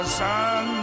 sun